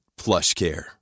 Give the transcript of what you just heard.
PlushCare